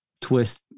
twist